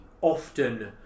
often